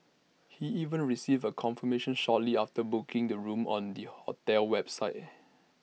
he even received A confirmation shortly after booking the room on the hotel's website